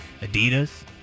Adidas